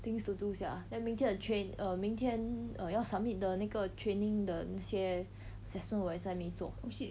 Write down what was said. things to do sia then 明天的 train~ err 明天 err 要 submit 的那个 training 的那些 assessment 我也是还没做